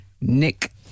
Nick